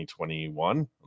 2021